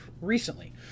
recently